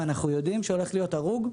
ואנחנו יודעים שהולכים להיות הרוג,